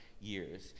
years